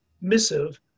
missive